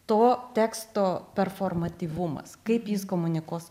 to teksto performatyvumas kaip jis komunikuos